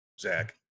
Zach